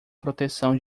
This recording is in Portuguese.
proteção